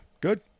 good